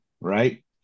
right